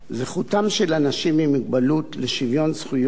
זכותם של אנשים עם מוגבלות לשוויון זכויות,